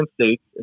states